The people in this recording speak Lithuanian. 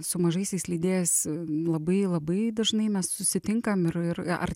su mažaisiais leidėjais labai labai dažnai mes susitinkam ir ir ar